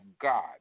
God